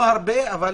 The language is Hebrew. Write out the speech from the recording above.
לא הרבה, אבל